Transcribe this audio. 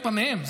מהם.